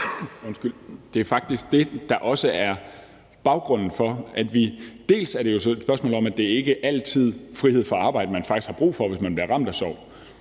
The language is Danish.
ret til det. Det er jo bl.a. et spørgsmål om, at det ikke altid er frihed fra arbejde, man faktisk har brug for, hvis man bliver ramt af sorg.